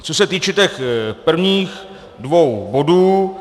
Co se týče těch prvních dvou bodů.